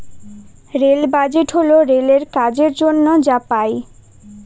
rail budget হল রেলের কাজের জন্য যা পাই